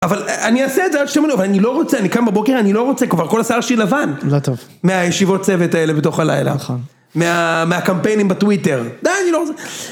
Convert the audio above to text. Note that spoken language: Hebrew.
אבל אני אעשה את זה, אל תשמעו לי, אבל אני לא רוצה, אני קם בבוקר, אני לא רוצה, כבר כל השאר שלי לבן. לא טוב. מהישיבות צוות האלה בתוך הלילה. נכון. מהקמפיינים בטוויטר. די, אני לא רוצה.